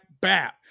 bap